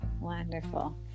Wonderful